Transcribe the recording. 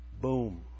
Boom